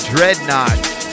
Dreadnought